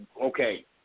okay